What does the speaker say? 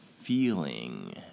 feeling